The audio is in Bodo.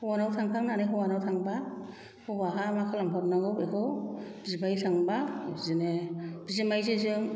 हौवानाव थांखांनानै हौवानाव थांबा हौवाहा मा खालाम हरनांगौ बेखौ बिबाय थांबा बिदिनो बिजोमायजोजों